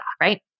right